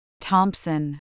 Thompson